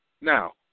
Now